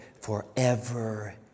forever